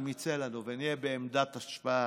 אם יצא לנו ונהיה בעמדת השפעה,